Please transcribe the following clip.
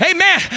Amen